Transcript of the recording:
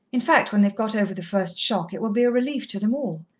in fact, when they've got over the first shock, it will be a relief to them all.